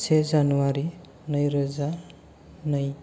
से जानुवारि नैरोजा नै